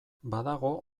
badago